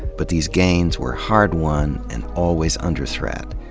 but these gains were hard-won and always under threat.